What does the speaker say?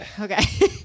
Okay